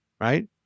right